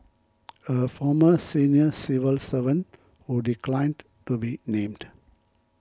a former senior civil servant who declined to be named